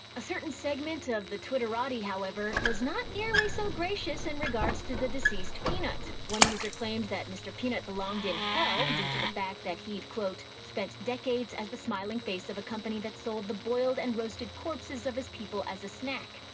a certain segment of the twitterati, however, was not nearly so gracious in regards to the deceased peanut. one user claimed that mr. peanut belonged in hell due to the fact that he'd, quote, spent decades as the smiling face of a company that sold the boiled and roasted corpses of his people as a snack.